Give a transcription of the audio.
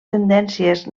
tendències